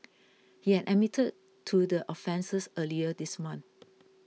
she had admitted to the offences earlier this month